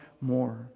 more